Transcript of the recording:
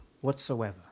whatsoever